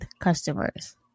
customers